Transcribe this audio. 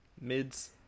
Mids